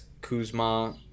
Kuzma